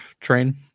train